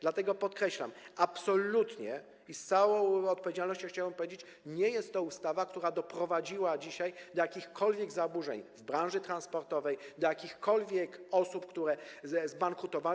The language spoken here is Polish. Dlatego podkreślam - absolutnie i z całą odpowiedzialnością chciałbym to powiedzieć - że nie jest to ustawa, która doprowadziła dzisiaj do jakichkolwiek zaburzeń w branży transportowej, do tego, że jakiekolwiek osoby zbankrutowały.